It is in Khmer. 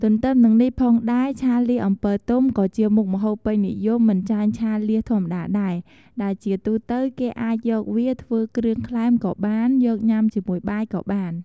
ទទ្ទឹមនឹងនេះផងដែរ ឆាលៀសអំពិលទុំក៏ជាមុខម្ហូបពេញនិយមមិនចាញ់ឆាលៀសធម្មតាដែរ ដែលជាទូទៅគេអាចយកវាធ្វើគ្រឿងក្លែមក៏បាន យកញ៉ាំជាមួយបាយក៏បាន។